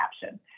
caption